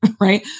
right